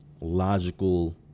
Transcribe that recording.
logical